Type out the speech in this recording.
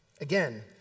Again